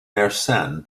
mersenne